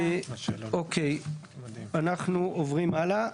אוקיי, אנחנו עוברים הלאה.